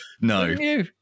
No